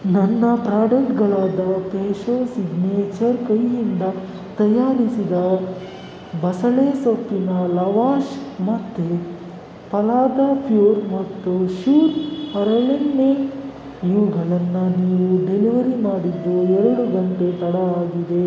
ನನ್ನ ಪ್ರಾಡಕ್ಟ್ಗಳಾದ Fresho signature ಕೈಯಿಂದ ತಯಾರಿಸಿದ ಬಸಳೆ ಸೊಪ್ಪಿನ ಲವಾಷ್ ಮತ್ತು ಫಲಾದಾ ಪ್ಯೂರ್ ಮತ್ತು ಶ್ಯೂರ್ ಹರಳೆಣ್ಣೆ ಇವುಗಳನ್ನು ನೀವು ಡೆಲಿವರಿ ಮಾಡಿದ್ದು ಎರಡು ಗಂಟೆ ತಡವಾಗಿದೆ